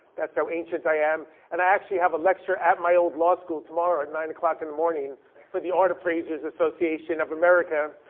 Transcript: that's how ancient i am. and i actually have a lecture at my old law school tomorrow at nine o'clock in the morning for the art appraisers association of america,